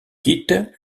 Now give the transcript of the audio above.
quitte